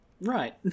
Right